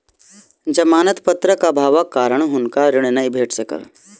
जमानत पत्रक अभावक कारण हुनका ऋण नै भेट सकल